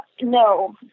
no